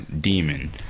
Demon